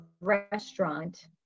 restaurant